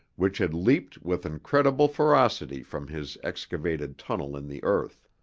which had leaped with incredible ferocity from his excavated tunnel in the earth.